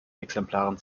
exemplaren